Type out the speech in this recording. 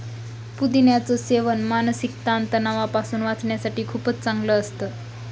पुदिन्याच सेवन मानसिक ताण तणावापासून वाचण्यासाठी खूपच चांगलं असतं